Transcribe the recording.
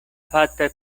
fatta